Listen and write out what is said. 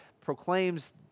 proclaims